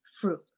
fruit